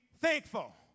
thankful